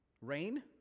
Rain